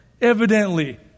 evidently